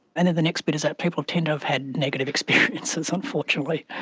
and then the next bit is that people tend to have had negative experiences unfortunately.